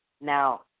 Now